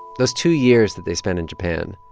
those two years that they spent in japan,